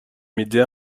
m’aider